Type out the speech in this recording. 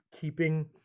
keeping